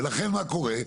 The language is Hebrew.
ולכן מה קורה?